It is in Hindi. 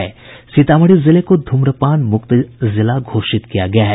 सीतामढ़ी जिले को धुम्रपान मुक्त जिला घोषित किया गया है